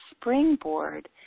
springboard